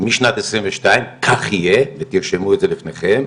משנת 2022 כך יהיה, ותרשמו את זה לפניכם,